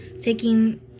taking